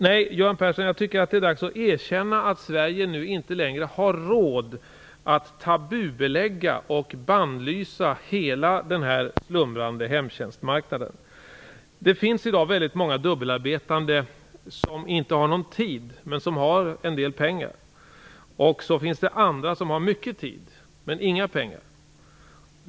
Nej, Göran Persson, jag tycker det är dags att erkänna att Sverige nu inte längre har råd att tabubelägga och bannlysa hela den slumrande hemtjänstmarknaden. Det finns i dag väldigt många dubbelarbetande som inte har någon tid men som har en del pengar. Det finns också andra som har mycket tid men inga pengar.